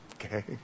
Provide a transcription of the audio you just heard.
Okay